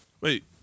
Wait